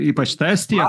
ypač ta estija